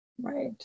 Right